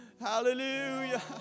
Hallelujah